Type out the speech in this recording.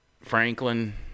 Franklin